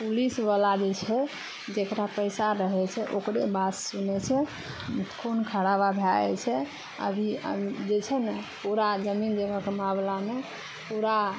police बला जे छै जेकरा पैसा रहै छै ओकरे बात सुनै छै खून खराबा भए जाइ छै अभी जे छै ने पूरा जमीन जदादके मामलामे पूरा